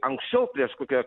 anksčiau prieš kokia